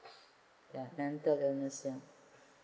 ya mental illness ya